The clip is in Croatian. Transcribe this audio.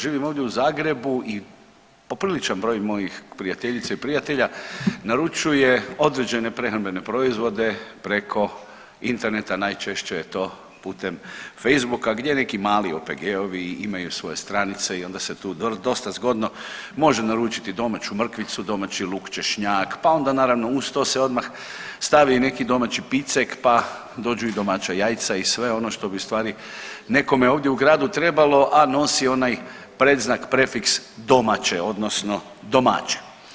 Živim ovdje u Zagrebu i popriličan broj mojih prijateljica i prijatelja naručuje određene prehrambene proizvode preko interneta, najčešće je to putem Facebooka gdje neki mali OPG-ovi imaju svoje stranice i onda se tu dosta zgodno može naručiti domaću mrkvicu, luk, češnjak pa naravno uz to se odmah stavi i neki domaći picek pa dođu i domaća jajca i sve ono što bi ustvari nekome u gradu trebalo, a nosi onaj predznak prefiks domaće je odnosno domaće.